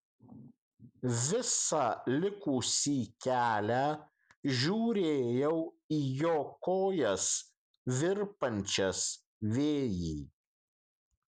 visą likusį kelią žiūrėjau į jo kojas virpančias vėjy